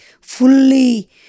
fully